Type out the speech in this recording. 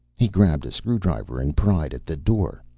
he grabbed a screwdriver and pried at the door.